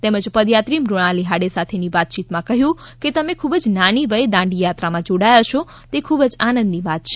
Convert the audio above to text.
તેમજ પદયાત્રી મૃણાલી હાડે સાથેની વાતચીતમાં કહ્યું કે તમે ખૂબ જ નાની વયે દાંડીયાત્રામા જોડાયા છો તે ખૂબ જ આનંદની વાત છે